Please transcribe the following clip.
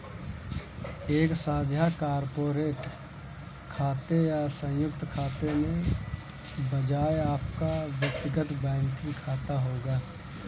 एक साझा कॉर्पोरेट खाते या संयुक्त खाते के बजाय आपका व्यक्तिगत बैंकिंग खाता होगा